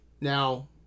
Now